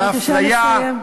ואפליה, בבקשה, לסיים.